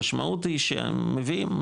המשמעות היא שהם מביאים